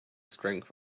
strength